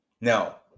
Now